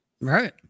right